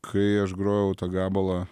kai aš grojau tą gabalą